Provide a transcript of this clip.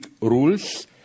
rules